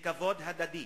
וכבוד הדדי,